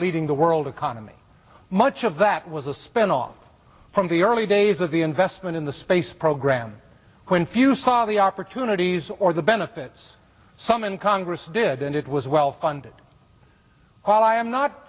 leading the world economy much of that was a spinoff from the early days of the investment in the space program when few saw the opportunities or the benefits some in congress did and it was well funded while i am not